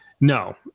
no